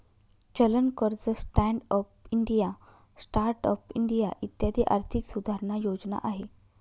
चलन कर्ज, stand up India, start up India इत्यादी आर्थिक सुधारणा योजना आहे